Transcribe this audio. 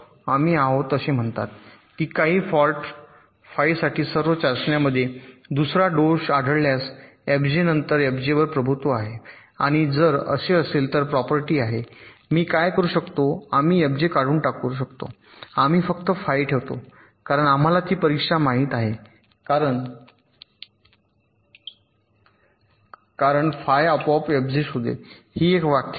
आम्ही आहोत असे म्हणतात की काही फाल्ट फाई साठी सर्व चाचण्यांमध्ये दुसरा दोष आढळल्यास एफजे नंतर एफजेवर प्रभुत्व आहे आणि जर असे असेल तर प्रॉपर्टी आहे मी काय करू शकतो आम्ही एफजे काढून टाकू शकतो आम्ही फक्त फाई ठेवतो कारण आम्हाला ती परीक्षा माहित आहे कारण फाय आपोआप एफजे शोधेल ही एक व्याख्या आहे